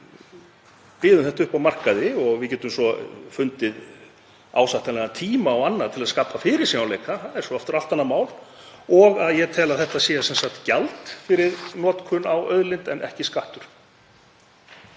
byðum þetta upp á markaði og við getum svo fundið ásættanlegan tíma og annað til að skapa fyrirsjáanleika, það er svo aftur allt annað mál. Ég tel að þetta sé sem sagt gjald fyrir notkun á auðlind en ekki skattur.